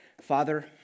Father